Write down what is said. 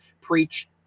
preach